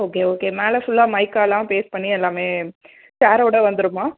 okay okay மேலே ஃபுல்லா மைக்காலாம் பேஸ்ட் பண்ணி எல்லாம் சேர்ரோடு வந்துடுமா